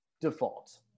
default